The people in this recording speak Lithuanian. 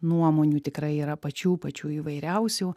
nuomonių tikrai yra pačių pačių įvairiausių